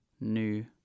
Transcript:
new